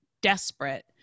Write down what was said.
desperate